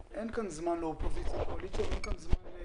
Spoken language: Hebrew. זמן לאופוזיציה וקואליציה ואין כאן זמן לאגו.